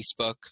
Facebook